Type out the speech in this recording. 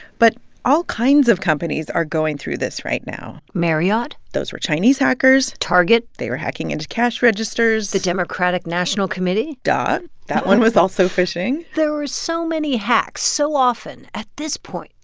but all kinds of companies are going through this right now marriott those were chinese hackers target they were hacking into cash registers the democratic national committee da. that one was also phishing there are so many hacks so often, at this point,